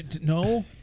No